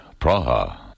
Praha